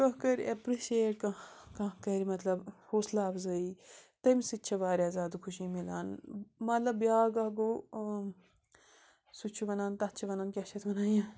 کانٛہہ کَرِ اٮ۪پرِشیٹ کانٛہہ کانٛہہ کَرِ مطلب حوصلَہ اَفضٲیی تَمہِ سۭتۍ چھےٚ واریاہ زیادٕ خوشی مِلان مطلب بیٛاکھ اَکھ گوٚو سُہ چھُ وَنان تَتھ چھِ وَنان کیٛاہ چھِ اَتھ وَنان یہِ